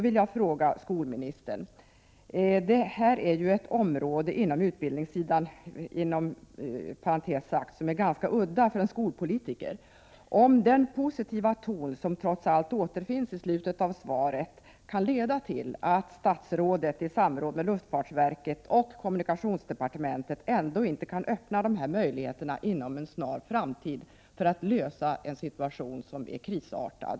Inom parentes sagt är detta ett område på utbildningssidan som är ganska udda för en skolpolitiker. Kan den positiva ton som trots allt finns i slutet av svaret leda till att statsrådet, i samråd med luftfartsverket och kommunikationsdepartementet, kan öppna dessa möjligheter inom en snar framtid för att lösa en situation som nu är krisartad?